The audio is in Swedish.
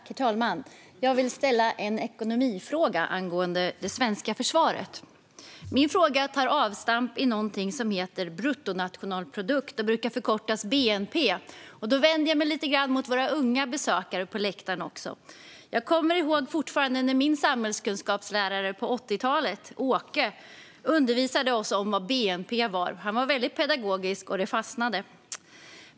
Herr talman! Jag vill ställa en ekonomifråga angående det svenska försvaret. Min fråga tar avstamp i någonting som heter bruttonationalprodukt och som brukar förkortas bnp. Nu vänder jag mig även lite grann till våra unga besökare på läktaren. Jag kommer fortfarande ihåg när min samhällskunskapslärare på 80-talet, Åke, undervisade oss om vad bnp var. Han var väldigt pedagogisk, och det fastnade.